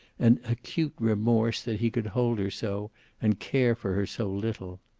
and acute remorse that he could hold her so and care for her so little.